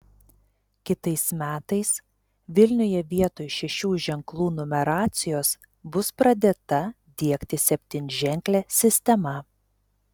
kitais metais vilniuje vietoj šešių ženklų numeracijos bus pradėta diegti septynženklė sistema